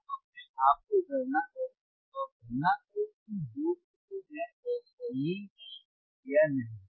आप अपने आप से गणना करें और गणना करें कि जो मूल्य हैं वे सही हैं या नहीं